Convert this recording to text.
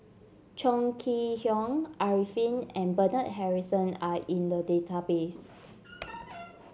Chong Kee Hiong Arifin and Bernard Harrison are in the database